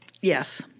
yes